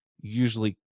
usually